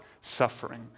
suffering